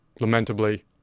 Lamentably